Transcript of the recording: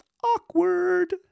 Awkward